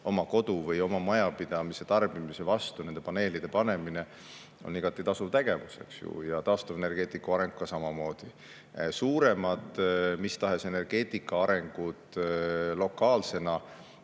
oma kodu või oma majapidamise tarbimiseks paneelide panemine on igati tasuv tegevus, eks ju, taastuvenergeetika areng samamoodi. Suurem mis tahes energeetika areng lokaalsena